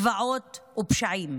זוועות ופשעים.